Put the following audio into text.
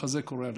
מחזה קורע לב.